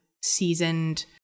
seasoned